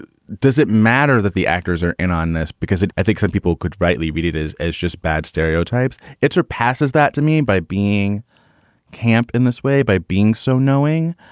does it matter that the actors are in on this? because i think some people could rightly read it is as just bad stereotypes. it's her passes that to me by being camp in this way, by being so knowing.